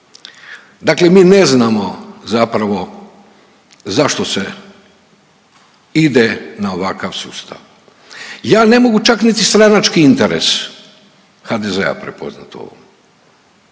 Dakle, mi ne znamo zapravo zašto se ide na ovakav sustav. Ja ne mogu čak niti stranački interes HDZ-a prepoznati u ovom.